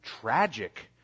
tragic